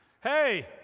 Hey